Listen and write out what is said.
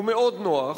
הוא מאוד נוח,